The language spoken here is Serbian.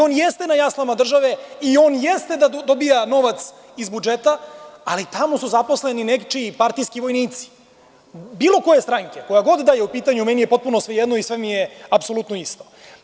On jeste na jaslama države i on jeste da dobija novac iz budžeta, ali tamo su zaposleni nečiji partijski vojnici, bilo koje stranke, koja god da je u pitanju meni je potpuno svejedno i sve mi je apsolutno isto.